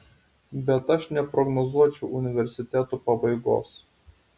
bet aš neprognozuočiau universitetų pabaigos